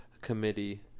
committee